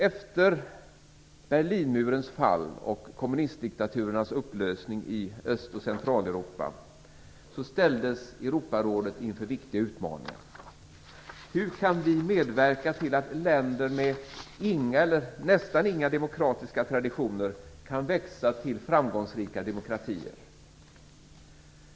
Efter Berlinmurens fall och kommunistdiktaturernas upplösning i Öst och Centraleuropa ställdes Europarådet inför viktiga utmaningar: Hur kan vi medverka till att länder med inga eller nästan inga demokratiska traditioner kan växa till framgångsrika demokratier?